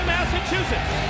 Massachusetts